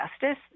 justice